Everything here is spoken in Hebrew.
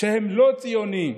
שהם לא ציוניים.